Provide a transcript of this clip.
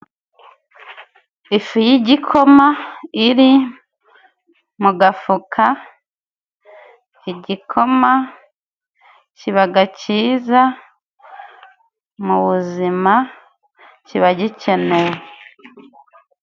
Ifu y'igikoma iri mu gafuka; igikoma kibaga cyiza mu buzima kiba gikenewe.